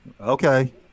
okay